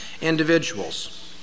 individuals